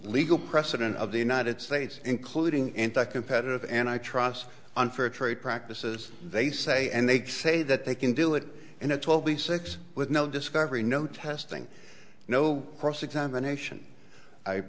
legal precedent of the united states including anti competitive and i trust unfair trade practices they say and they say that they can do it and it will be six with no discovery no testing no cross examination i